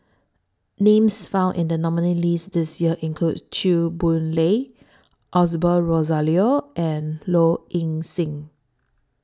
Names found in The nominees' list This Year include Chew Boon Lay Osbert Rozario and Low Ing Sing